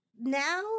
now